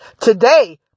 Today